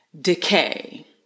decay